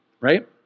right